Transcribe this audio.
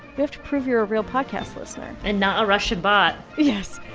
we have to prove you're a real podcast listener and not a russian bot yes.